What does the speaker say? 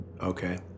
Okay